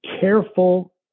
careful